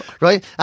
Right